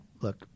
look